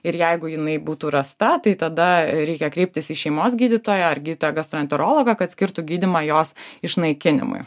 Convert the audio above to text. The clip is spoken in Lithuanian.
ir jeigu jinai būtų rasta tai tada reikia kreiptis į šeimos gydytoją ar gydytoją gastroenterologą kad skirtų gydymą jos išnaikinimui